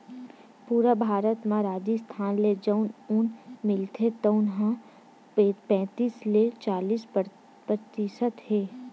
पूरा भारत म राजिस्थान ले जउन ऊन मिलथे तउन ह पैतीस ले चालीस परतिसत हे